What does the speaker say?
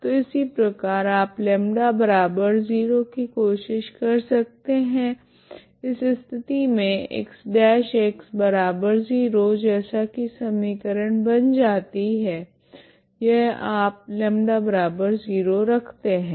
तो इसी प्रकार आप λ0 कोशिश कर सकते है इस स्थिति मे X'0 जैसा की समीकरण बन जाती है यह आप λ0 रखते है